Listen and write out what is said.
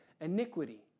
iniquity